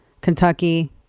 Kentucky